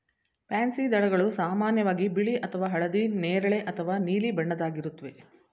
pansy ದಳಗಳು ಸಾಮಾನ್ಯವಾಗಿ ಬಿಳಿ ಅಥವಾ ಹಳದಿ ನೇರಳೆ ಅಥವಾ ನೀಲಿ ಬಣ್ಣದ್ದಾಗಿರುತ್ವೆ